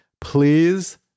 please